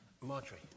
Marjorie